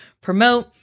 promote